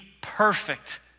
perfect